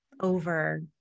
over